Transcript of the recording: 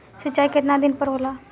सिंचाई केतना दिन पर होला?